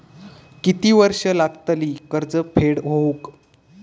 किती वर्षे लागतली कर्ज फेड होऊक?